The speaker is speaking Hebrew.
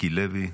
מיקי לוי,